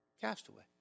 castaway